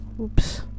oops